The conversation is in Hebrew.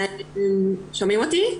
בבקשה.